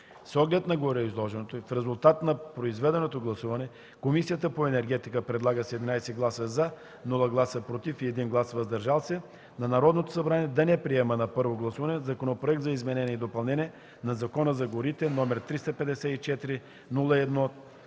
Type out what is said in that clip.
С оглед на гореизложеното и в резултат на проведеното гласуване Комисията по енергетика предлага с 11 гласа „за”, без „против” и 1 глас „въздържал се” на Народното събрание да не приеме на първо гласуване Законопроект за изменение и допълнение на Закона за горите, № 354-01-85,